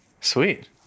Sweet